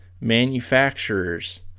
manufacturers